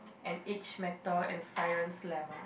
and age matter and siren's lament